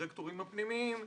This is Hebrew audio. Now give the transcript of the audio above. הדירקטורים הפנימיים,